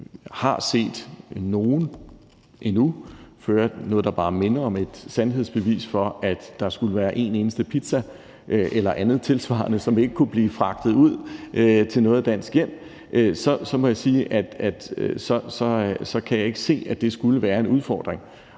har set nogen føre noget, der bare minder om et sandhedsbevis for, at der skulle være en eneste pizza eller andet tilsvarende, som ikke kunne blive fragtet ud til noget dansk hjem, må jeg sige, at så kan jeg ikke se, at det skulle være en udfordring.